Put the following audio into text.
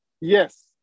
Yes